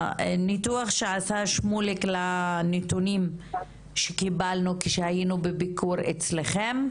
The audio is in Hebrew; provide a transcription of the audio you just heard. הניתוח שעשה שמוליק לנתונים שקיבלנו כאשר היינו בביקור אצלכם,